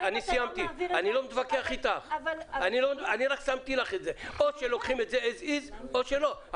אני רק אומר לך, או שלוקחים את זה as is, או שלא.